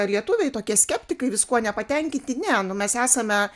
lietuviai tokie skeptikai viskuo nepatenkinti ne nu mes esame